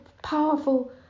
powerful